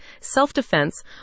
self-defense